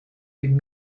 been